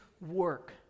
work